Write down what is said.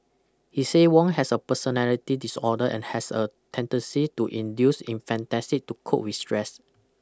he say Wong has a personality disorder and has a tendency to induce in fantasy to cope with stress